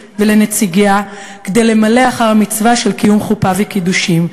ולנציגיה כדי למלא אחר המצווה של קיום חופה וקידושין.